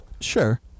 Sure